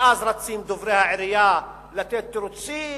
ואז רצים דוברי העירייה לתת תירוצים,